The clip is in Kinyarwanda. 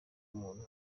umuntu